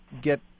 get